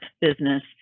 business